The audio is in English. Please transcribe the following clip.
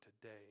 today